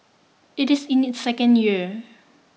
it is in its second year